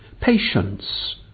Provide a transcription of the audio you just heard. Patience